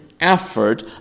effort